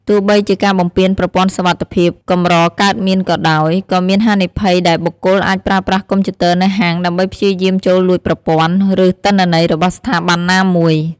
ទោះបីជាការបំពានប្រព័ន្ធសុវត្ថិភាព កម្រកើតមានក៏ដោយ ក៏មានហានិភ័យដែលបុគ្គលអាចប្រើប្រាស់កុំព្យូទ័រនៅហាងដើម្បីព្យាយាមចូលលួចប្រព័ន្ធ ឬទិន្នន័យរបស់ស្ថាប័នណាមួយ។